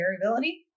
variability